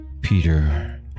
Peter